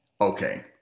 Okay